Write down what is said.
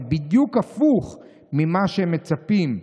זה בדיוק הפוך ממה שמצפים,